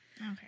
Okay